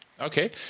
Okay